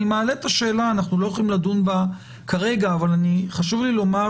אני מעלה את השאלה אנחנו לא יכולים לדון בה כרגע אבל חשוב לי לומר